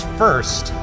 first